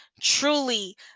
truly